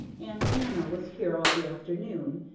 aunt anna was here all the afternoon,